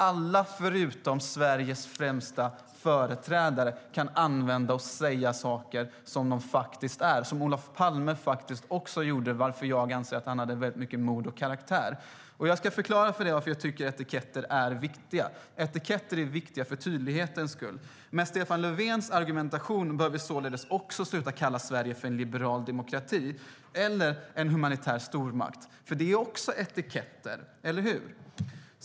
Alla utom Sveriges främsta företrädare kan använda ord som benämner saker som det de faktiskt är. Olof Palme gjorde också det, varför jag anser att han hade väldigt mycket mod och karaktär. Jag ska förklara varför jag tycker att etiketter är viktiga. Etiketter är viktiga för tydlighetens skull. Med Stefan Löfvens argumentation bör vi även sluta kalla Sverige en liberal demokrati eller en humanitär stormakt, för det är också etiketter - eller hur?